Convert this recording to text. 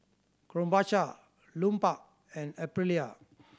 Krombacher Lupark and Aprilia